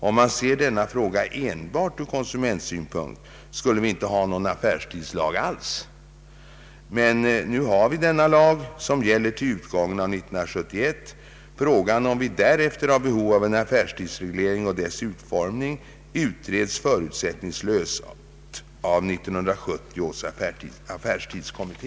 Om man ser denna fråga enbart från konsumentsynpunkt skulle vi inte ha någon affärstidslag alls. Men nu har vi denna lag, som gäller till utgången av 1971. Frågan om vi därefter har behov av en affärstidsreglering och dess utformning utreds förutsättningslöst av 1970 års affärstidskommitté.